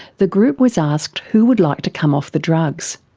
the group was asked who would like to come off the drugs.